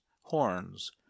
horns